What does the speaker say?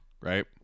right